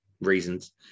reasons